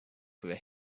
with